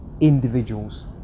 individuals